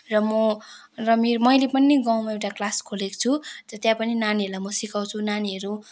र म र मैले पनि गाउँमा एउटा क्लास खोलेको छु त्यहाँ पनि नानीहरूलाई म सिकाउँछु नानीहरू